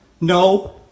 no